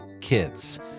kids